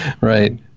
Right